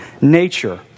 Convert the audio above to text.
nature